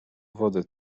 wodę